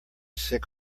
sick